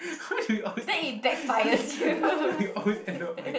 why we always we why we always end up fight